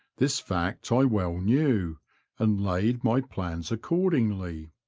this fact i well knew and laid my plans accordingly.